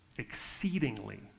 exceedingly